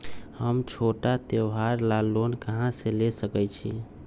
हम छोटा त्योहार ला लोन कहां से ले सकई छी?